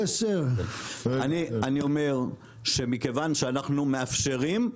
אני אומר שמכיוון שאנחנו מאפשרים,